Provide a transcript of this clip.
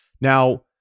Now